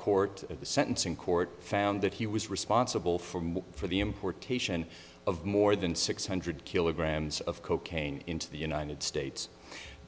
court at the sentencing court found that he was responsible for more for the importation of more than six hundred kilograms of cocaine into the united states